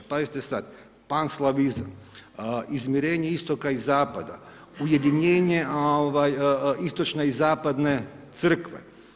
Pazite sad, panslavizam, izmirenje istoka i zapada, ujedinjenje istočne i zapadne crkve.